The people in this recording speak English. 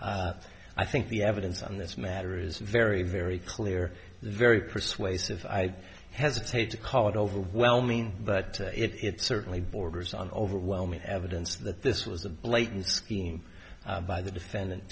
t i think the evidence on this matter is very very clear very persuasive i hesitate to call it overwhelming but it certainly borders on overwhelming evidence that this was a blatant scheme by the defendant